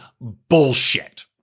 bullshit